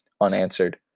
unanswered